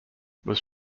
was